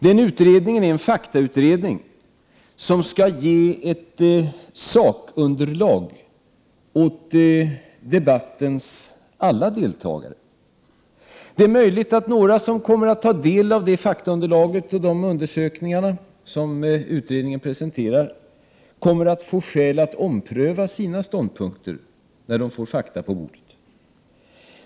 Den utredningen är en faktautredning, som skall ge ett sakunderlag åt debattens alla deltagare. Det är möjligt att några som kommer att ta del av det faktaunderlag och de undersökningar som utredningen presenterar får skäl att ompröva sina ståndpunkter när de får fakta på bordet.